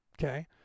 Okay